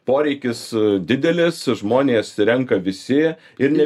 poreikis didelis žmonės renka visi ir ne